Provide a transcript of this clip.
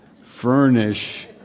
furnish